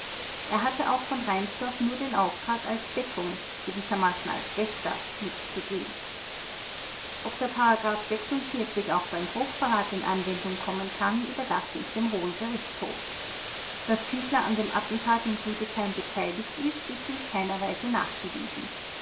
er hatte auch von reinsdorf nur den auftrag als deckung gewissermaßen als wächter mitzugehen ob der auch beim hochverrat in anwendung kommen kann überlasse ich dem hohen gerichtshof daß küchler an dem attentat in rüdesheim beteiligt ist ist in keiner weise nachgewiesen